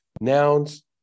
nouns